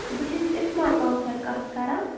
بہٕ چھَس اِسما کَوثر کَتھ کَران